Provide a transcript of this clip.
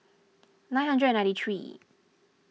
nine hundred and ninety three